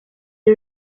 iri